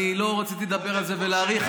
אני לא רציתי לדבר על זה ולהאריך,